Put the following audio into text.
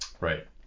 Right